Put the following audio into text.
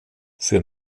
für